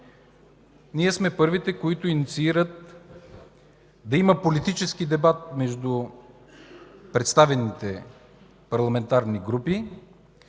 ние сме първите, които инициират да има политически дебат между представените парламентарни групи